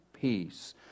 peace